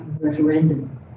referendum